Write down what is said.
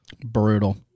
Brutal